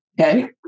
okay